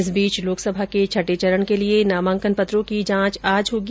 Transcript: इस बीच लोकसभा के छठे चरण के लिए नामांकन पत्रों की जांच आज होगी